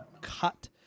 cut